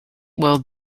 while